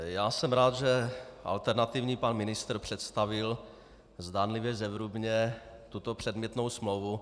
Já jsem rád, že alternativní pan ministr představil zdánlivě zevrubně tuto předmětnou smlouvu.